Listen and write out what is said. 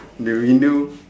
the window